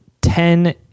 ten